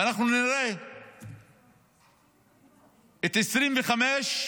ואנחנו נראה את 2025,